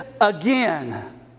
again